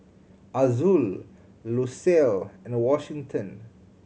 Azul Lucille and Washington